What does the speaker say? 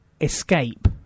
escape